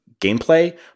gameplay